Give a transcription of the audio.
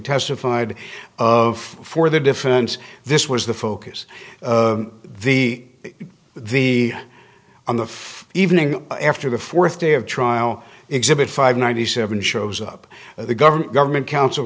testified of for the defense this was the focus of the the on the evening after the fourth day of trial exhibit five ninety seven shows up the government government coun